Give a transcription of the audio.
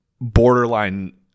borderline